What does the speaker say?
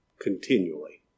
continually